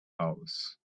house